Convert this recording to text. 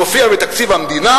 זה מופיע בתקציב המדינה,